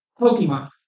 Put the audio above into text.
Pokemon